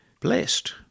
blessed